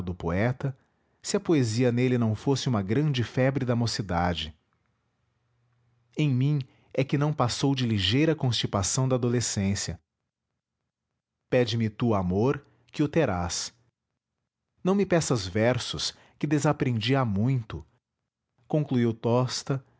poeta se a poesia nele não fosse uma grande febre da mocidade em mim é que não passou de ligeira constipação da adolescência pede-me tu amor que o terás não me peças versos que desaprendi há muito concluiu tosta